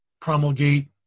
promulgate